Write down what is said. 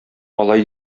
алай